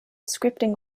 scripting